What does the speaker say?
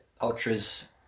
ultras